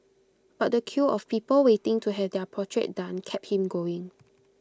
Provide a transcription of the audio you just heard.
but the queue of people waiting to have their portrait done kept him going